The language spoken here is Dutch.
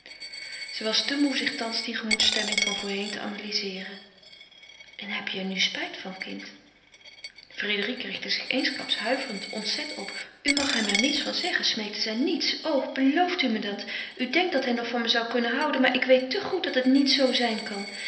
zij was te moê zich thans die gemoedsstemming van voorheen te analyzeeren en heb je er nu spijt van kind frédérique richtte zich eensklaps huiverend ontzet op u mag er hem niets van zeggen smeekte zij niets o beloof u me dat u denkt dat hij nog van me zou kunnen houden maar ik weet te goed dat het niet zoo zijn kan